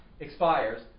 expires